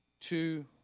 two